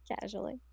casually